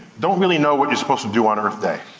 don't really know what you're supposed to do on earth day.